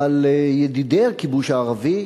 אבל ידידי הכיבוש הערבי,